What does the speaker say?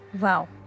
Wow